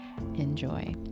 Enjoy